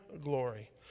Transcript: glory